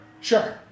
Sure